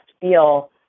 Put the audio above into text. feel